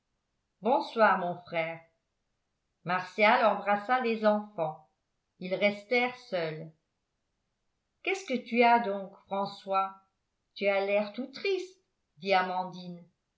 bonsoir bonsoir mon frère martial embrassa les enfants ils restèrent seuls qu'est-ce que tu as donc françois tu as l'air tout triste